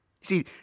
See